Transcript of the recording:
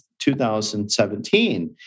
2017